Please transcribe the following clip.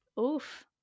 oof